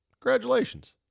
Congratulations